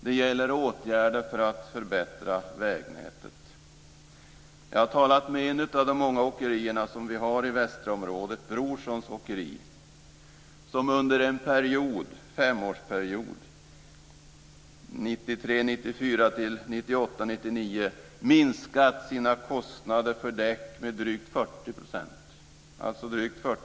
Det gäller åtgärder för att förbättra vägnätet. Jag har talat med ett av de många åkerier som vi har i västra området, Brorssons Åkeri AB, som under en femårsperiod, 93 99, minskat sina kostnader för däck med drygt 40 %.